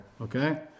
okay